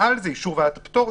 מעל זה אישור ועדת הפטור,